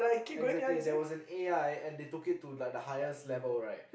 exactly there was an A_I and they took it to like the highest level right